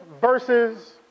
versus